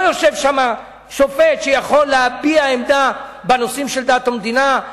לא יושב שם שופט שיכול להביע עמדה בנושאים של דת ומדינה,